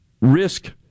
risk